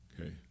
okay